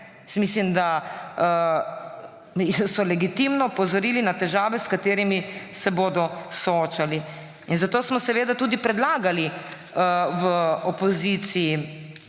Mislim, da so legitimno opozorili na težave, s katerimi se bodo soočali. Zato smo seveda predlagali v opoziciji